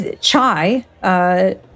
Chai